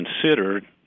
considered